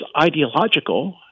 ideological